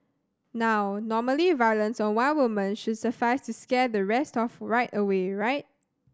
now normally violence on one woman should suffice to scare the rest off right away right